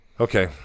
Okay